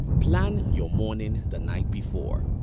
plan your morning the night before